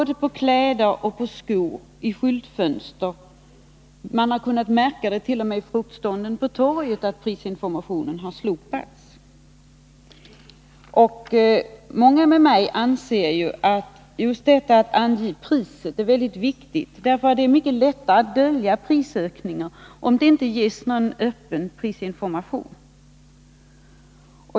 Det gäller beträffande både kläder och skor, och t.o.m. i torgstånden har prisinformationen alltmer börjat slopas. Det är många som liksom jag anser att det är mycket viktigt att klart ange priserna. Det är nämligen mycket lättare att dölja prisökningar, om det inte ges någon öppen prisinformation.